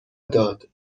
داد